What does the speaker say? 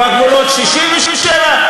בגבולות 67',